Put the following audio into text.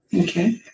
Okay